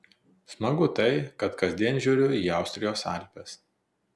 smagu tai kad kasdien žiūriu į austrijos alpes